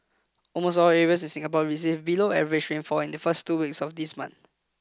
almost all areas of Singapore received below average rainfall in the first two weeks of this month